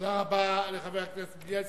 תודה רבה לחבר הכנסת בילסקי.